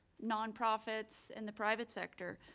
nonprofits in the private sector,